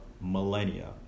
millennia